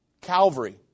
Calvary